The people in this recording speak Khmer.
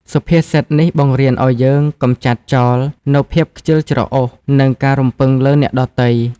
សុភាសិតនេះបង្រៀនឱ្យយើងកម្ចាត់ចោលនូវភាពខ្ជិលច្រអូស និងការរំពឹងលើអ្នកដទៃ។